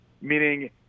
meaning